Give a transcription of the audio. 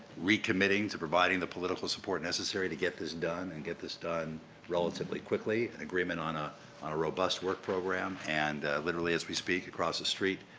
recommitting to providing the political support necessary to get this done, and get this done relatively quickly, an agreement on ah on a robust work program. and, literally, as we speak, across the street,